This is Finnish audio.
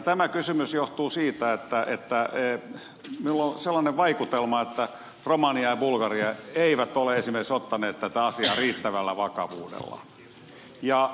tämä kysymys johtuu siitä että minulla on sellainen vaikutelma että esimerkiksi romania ja bulgaria eivät ole ottaneet tätä asiaa riittävällä vakavuudella